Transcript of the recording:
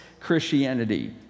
christianity